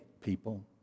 people